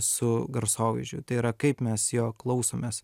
su garsovaizdžiu tai yra kaip mes jo klausomės